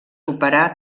operar